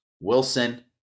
wilson